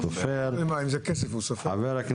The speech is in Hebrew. חה"כ